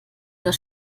das